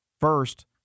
First